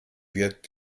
wird